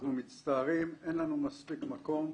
אנחנו מצטערים, אין לנו מספיק מקום,